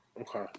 Okay